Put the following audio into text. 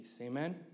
Amen